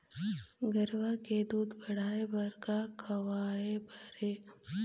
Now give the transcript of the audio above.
गरवा के दूध बढ़ाये बर का खवाए बर हे?